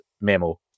memo